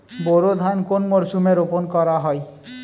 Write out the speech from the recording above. বোরো ধান কোন মরশুমে রোপণ করা হয়?